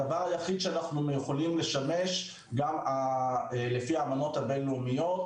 הדבר היחיד שאנחנו יכולים לשמש גם לפי האמנות הבינלאומיות,